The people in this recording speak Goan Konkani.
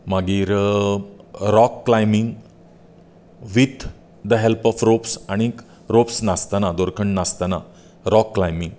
मागीर rock climbing with the help of ropes आनीक रोप्स नासतना दोरखंड नासतना रोक क्लायबिंग